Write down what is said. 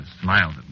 smiled